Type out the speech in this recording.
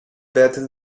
werden